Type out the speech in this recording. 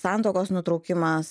santuokos nutraukimas